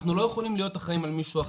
אנחנו לא יכולים להיות אחראים על מישהו אחר.